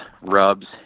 rubs